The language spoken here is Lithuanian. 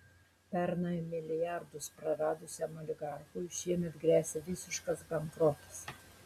pernai milijardus praradusiam oligarchui šiemet gresia visiškas bankrotas